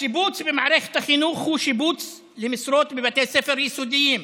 השיבוץ במערכת החינוך הוא שיבוץ למשרות בבתי ספר יסודיים,